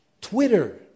Twitter